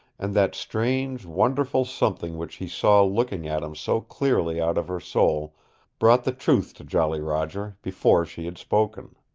and that strange, wonderful something which he saw looking at him so clearly out of her soul brought the truth to jolly roger, before she had spoken.